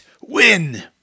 Win